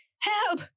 Help